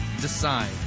decide